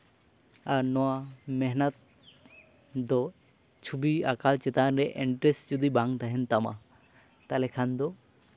ᱟᱨ ᱱᱚᱣᱟ ᱢᱮᱦᱱᱚᱛ ᱫᱚ ᱪᱷᱚᱵᱤ ᱟᱸᱠᱟᱣ ᱪᱮᱛᱟᱱ ᱨᱮ ᱤᱱᱨᱮᱥᱴ ᱡᱩᱫᱤ ᱵᱟᱝ ᱛᱟᱦᱮᱱ ᱛᱟᱢᱟ ᱛᱟᱦᱚᱞᱮ ᱠᱷᱟᱱ ᱫᱚ